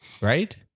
right